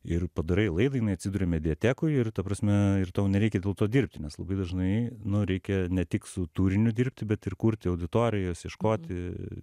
ir padarai laidą jinai atsiduria mediatekoj ir ta prasme ir tau nereikia dėl to dirbti nes labai dažnai nu reikia ne tik su turiniu dirbti bet ir kurti auditorijas ieškoti